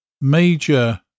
major